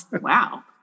wow